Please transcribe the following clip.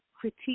critique